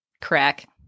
crack